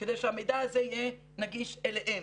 כדי שהמידע הזה יהיה נגיש אליהם.